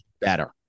better